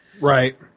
Right